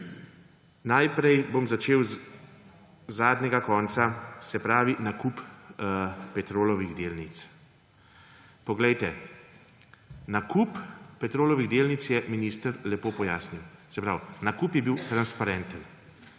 Najprej bom začel z zadnjega konca, se pravi nakup Petrolovih delnic. Poglejte, nakup Petrolovih delnic je minister lepo pojasnil; se pravi, nakup je bil transparenten.